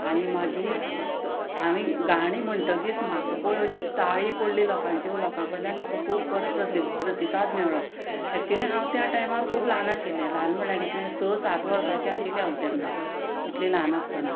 आनी मागीर हांवें गाणी म्हणटगीर म्हाका पळय अशी ताळी पडली लोकांच्यो लोकां कडल्यान म्हाका खूब बरो प्रसिध प्रतिसाद मेळ्ळो एक्चुली हांव त्या टायमार खूब ल्हान आशिल्लें ल्हान म्हळ्यार कितलें स सात वर्सांचें आशिल्लें हांव तेन्ना इतलें ल्हान आसतना